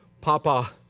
Papa